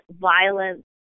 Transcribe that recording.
violent